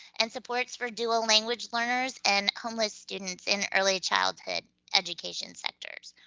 and supports for dual language learners, and homeless students in early childhood education centers.